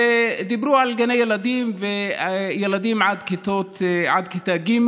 דיברו על גני ילדים ועל הילדים עד כיתה ג'.